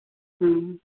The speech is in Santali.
ᱦᱮᱸ